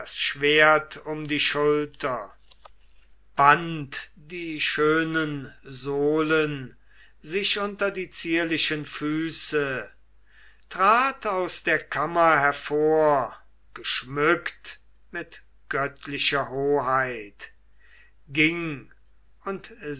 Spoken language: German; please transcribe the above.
schwert um die schulter band die schönen sohlen sich unter die zierlichen füße trat aus der kammer hervor geschmückt mit göttlicher hoheit und